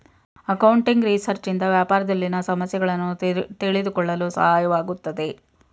accounting research ಇಂದ ವ್ಯಾಪಾರದಲ್ಲಿನ ಸಮಸ್ಯೆಗಳನ್ನು ತಿಳಿದುಕೊಳ್ಳಲು ಸಹಾಯವಾಗುತ್ತದೆ